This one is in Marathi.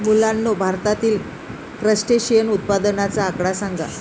मुलांनो, भारतातील क्रस्टेशियन उत्पादनाचा आकडा सांगा?